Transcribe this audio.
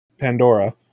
Pandora